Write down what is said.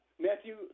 Matthew